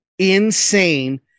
insane